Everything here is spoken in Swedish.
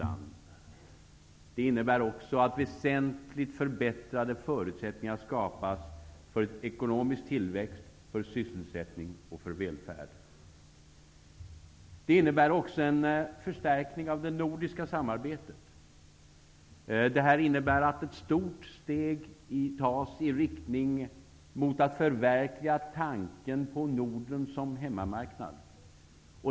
Vidare innebär det att väsentligt förbättrade förutsättningar skapas för ekonomisk tillväxt, sysselsättning och välfärd. Även det nordiska samarbetet förstärks. Ett stort steg tas i riktning mot att förverkliga tanken på Norden som hemmamarknad.